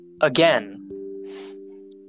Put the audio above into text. again